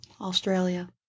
Australia